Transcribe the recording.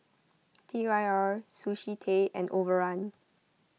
T Y R Sushi Tei and Overrun